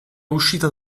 uscita